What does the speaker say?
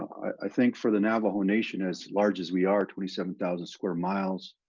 i think for the navajo nation, as large as we are, twenty seven thousand square miles,